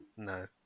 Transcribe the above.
No